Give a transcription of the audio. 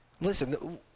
Listen